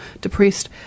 depressed